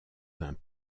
vingt